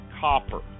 copper